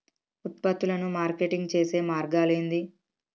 ఉత్పత్తులను మార్కెటింగ్ చేసే మార్గాలు ఏంది?